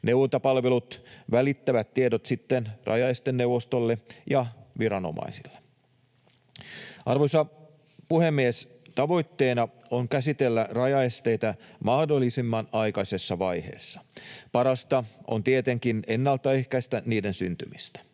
Neuvontapalvelut välittävät tiedot sitten rajaesteneuvostolle ja viranomaisille. Arvoisa puhemies! Tavoitteena on käsitellä rajaesteitä mahdollisimman aikaisessa vaiheessa. Parasta on tietenkin ennaltaehkäistä niiden syntymistä.